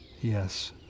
yes